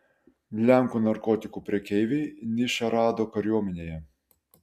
lenkų narkotikų prekeiviai nišą rado kariuomenėje